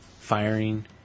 firing